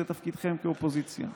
וזה תפקידכם כאופוזיציה,